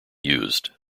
used